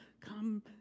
come